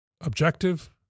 objective